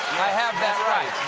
i have that right,